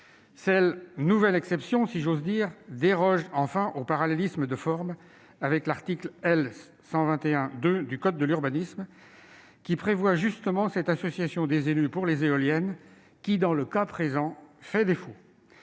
Cette nouvelle exception- si j'ose dire -déroge enfin au parallélisme des formes, puisque l'article L. 121-2 du code de l'urbanisme prévoit justement cette association des élus pour les éoliennes, celle-là même qui, dans le cas présent, fait défaut.